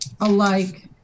alike